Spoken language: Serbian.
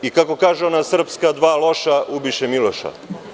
I kako kaže ona srpska – dva loša ubiše Miloša.